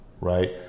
right